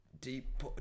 deep